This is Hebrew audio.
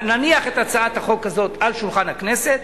נניח את הצעת החוק הזאת על שולחן הכנסת,